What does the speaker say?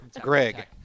Greg